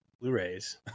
Blu-rays